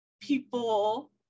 people